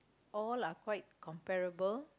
all are quite comparable